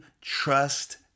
trust